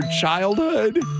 childhood